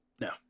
No